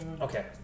Okay